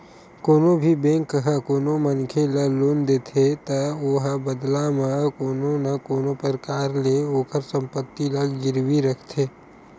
कोनो भी बेंक ह कोनो मनखे ल लोन देथे त ओहा बदला म कोनो न कोनो परकार ले ओखर संपत्ति ला गिरवी रखथे